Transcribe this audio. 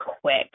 quick